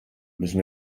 müssen